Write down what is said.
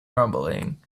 rumbling